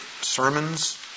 sermons